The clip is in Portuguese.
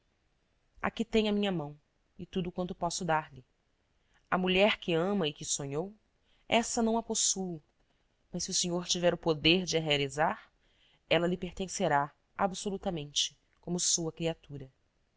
aqui tem a minha mão e tudo quanto posso dar-lhe a mulher que ama e que sonhou essa não a possuo mas se o senhor tiver o poder de a realizar ela lhe pertencerá absolutamente como sua criatura